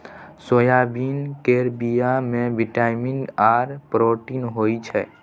soybean केर बीया मे बिटामिन आर प्रोटीन होई छै